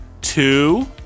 two